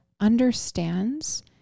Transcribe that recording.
understands